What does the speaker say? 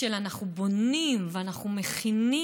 של "אנחנו בונים" ו"אנחנו מכינים"